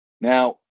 Now